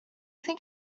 think